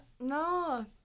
no